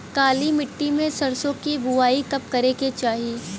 काली मिट्टी में सरसों के बुआई कब करे के चाही?